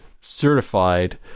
certified